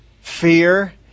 fear